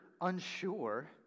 unsure